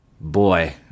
Boy